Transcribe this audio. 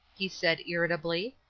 he said, irritably.